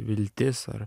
viltis ar